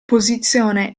posizione